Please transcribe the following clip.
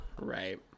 right